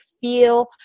feel